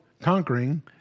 conquering